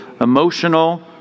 emotional